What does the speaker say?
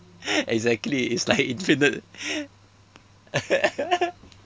exactly it's like infinite